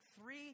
three